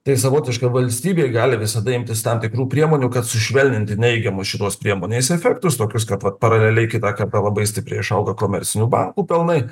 tai savotiška valstybė gali visada imtis tam tikrų priemonių kad sušvelninti neigiamus šitos priemonės efektus tokius kad vat paraleliai kitą kartą labai stipriai išaugo komercinių bankų pelnai